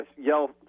yell